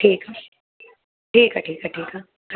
ठीकु आहे ठीकु आहे ठीकु आहे ठीकु आहे